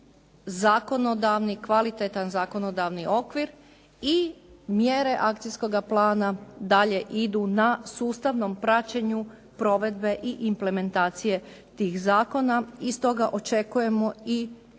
stvoren je kvalitetan zakonodavni okvir i mjere akcijskoga plana dalje idu na sustavnom praćenju provedbe i implementacije tih zakona. I stoga očekujemo i